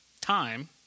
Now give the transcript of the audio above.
time